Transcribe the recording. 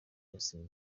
justin